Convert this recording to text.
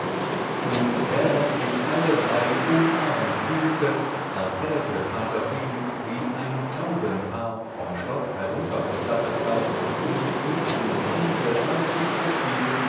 und während sich alle drei umarmt hielten erzählte vater philipp wie ein taubenpaar vom schloß herunter geflattert sei und mit dem kinde artig gespielt